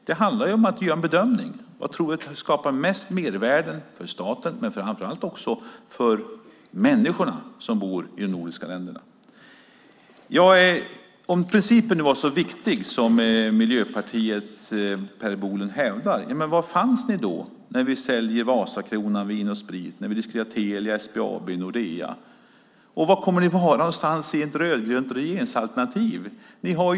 Det handlar om att göra en bedömning av det som skapar mest mervärde för staten och framför allt för de människor som bor i de nordiska länderna. Om principen är så viktig som Miljöpartiets Per Bolund hävdar undrar jag var de fanns när vi sålde Vasakronan och Vin & Sprit och när vi diskuterade Telia, SBAB och Nordea. Var kommer ni att befinna er i ett rödgrönt regeringsalternativ, Per Bolund?